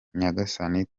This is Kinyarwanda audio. nyagasani